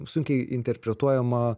sunkiai interpretuojama